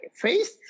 face